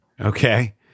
okay